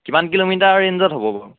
কিমান কিলোমিটাৰ ৰেঞ্জত হ'ব বাৰু